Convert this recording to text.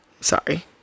sorry